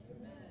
Amen